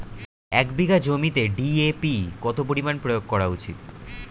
এক বিঘে জমিতে ডি.এ.পি কত পরিমাণ প্রয়োগ করা উচিৎ?